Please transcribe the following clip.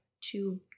two